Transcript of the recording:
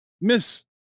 Miss